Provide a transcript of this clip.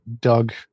Doug